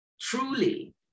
truly